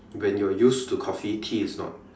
when you're used to coffee tea is not